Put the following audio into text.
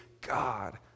God